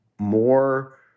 more